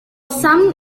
some